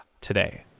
today